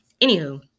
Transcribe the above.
Anywho